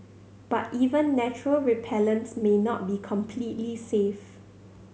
but even natural repellents may not be completely safe